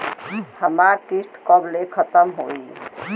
हमार किस्त कब ले खतम होई?